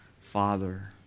Father